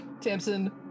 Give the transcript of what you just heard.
Tamsin